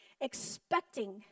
expecting